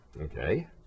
Okay